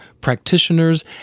practitioners